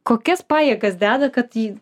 kokias pajėgas deda kad ji